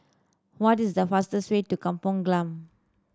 what is the fastest way to Kampong Glam